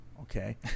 Okay